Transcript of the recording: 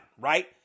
right